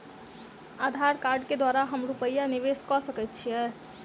आधार कार्ड केँ द्वारा हम रूपया निवेश कऽ सकैत छीयै?